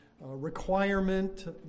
requirement